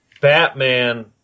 Batman